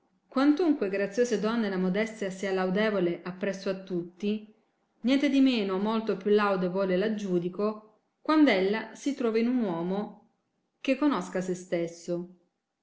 quantunque graziose donne la modestia sia laiidevole appresso a tutti niente di meno molto più laude vole la giudico quando ella si trova in un uomo che conosca se stesso